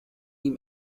ihm